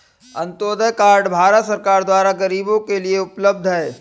Antyodaya card Bharat सरकार द्वारा गरीबो के लिए उपलब्ध है